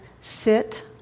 sit